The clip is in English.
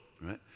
right